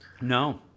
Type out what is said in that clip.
No